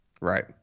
Right